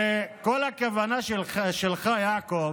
הרי כל הכוונה שלך, יעקב,